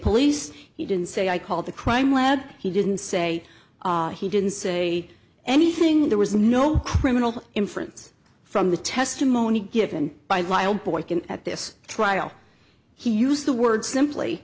police he didn't say i called the crime lab he didn't say he didn't say anything there was no criminal inference from the testimony given by lyle boykin at this trial he used the word simply